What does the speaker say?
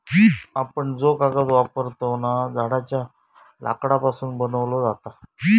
आपण जो कागद वापरतव ना, झाडांच्या लाकडापासून बनवलो जाता